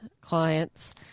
clients